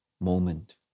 moment